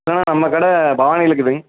இல்லைண்ணா நம்ம கடை பவானியில் இருக்குதுங்க